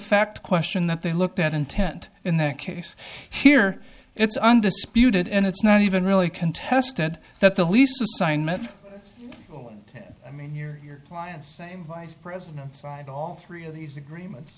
fact question that they looked at intent in that case here it's undisputed and it's not even really contested that the lease assignment i mean your client's same vice president signed all three of these agreements